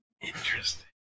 Interesting